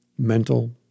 mental